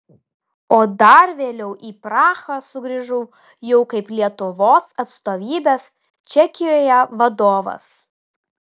o dar vėliau į prahą sugrįžau jau kaip lietuvos atstovybės čekijoje vadovas